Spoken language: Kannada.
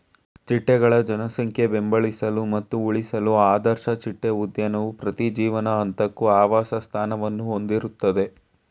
ಚಿಟ್ಟೆಗಳ ಜನಸಂಖ್ಯೆ ಬೆಂಬಲಿಸಲು ಮತ್ತು ಉಳಿಸಲು ಆದರ್ಶ ಚಿಟ್ಟೆ ಉದ್ಯಾನವು ಪ್ರತಿ ಜೀವನ ಹಂತಕ್ಕೂ ಆವಾಸಸ್ಥಾನವನ್ನು ಹೊಂದಿರ್ತದೆ